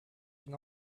can